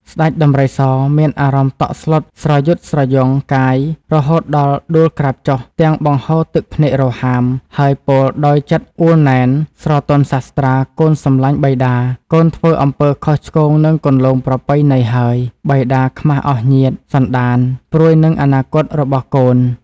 ស្តេចដំរីសមានអារម្មណ៏តក់ស្លុតស្រយុតស្រយង់កាយ រហូតដល់ដួលក្រាបចុះ ទាំងបង្ហូរទឹកភ្នែករហាម ហើយពោលដោយចិត្តអួលណែន ស្រទន់សាស្ត្រា កូនសម្លាញ់បិតា កូនធ្វើអំពើខុសឆ្គងនឹងគន្លងប្រពៃណីហើយ បិតាខ្មាស់អស់ញាតិ សន្តាន ព្រួយនឹងអនាគតរបស់កូន ។